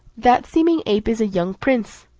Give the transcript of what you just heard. that seeming ape is a young prince,